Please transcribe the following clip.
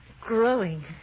Growing